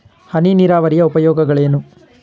ಹನಿ ನೀರಾವರಿಯ ಉಪಯೋಗಗಳೇನು?